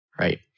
right